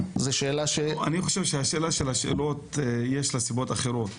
אני חושב שהשאלה של השאלות יש לה סיבות אחרות.